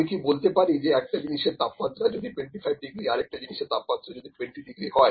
আমি কি বলতে পারি যে একটা জিনিসের তাপমাত্রা যদি 25 ডিগ্রি আরেকটা জিনিসের তাপমাত্রা যদি 20 ডিগ্রী হয়